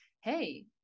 hey